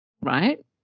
right